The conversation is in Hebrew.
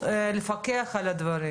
לפקח על הדברים.